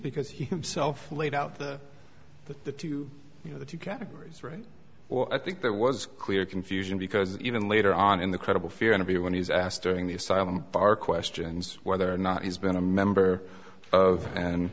because he himself laid out the the you know the two categories right well i think there was clear confusion because even later on in the credible fear interview when he was asked during the asylum bar questions whether or not he's been a member of an